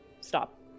stop